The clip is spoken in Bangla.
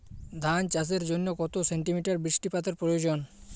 ধান চাষের জন্য কত সেন্টিমিটার বৃষ্টিপাতের প্রয়োজন?